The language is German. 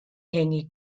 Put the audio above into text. hänge